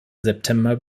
september